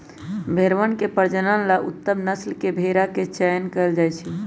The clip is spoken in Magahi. भेंड़वन के प्रजनन ला उत्तम नस्ल के भेंड़ा के चयन कइल जाहई